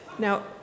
Now